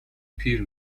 پیر